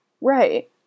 Right